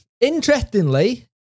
Interestingly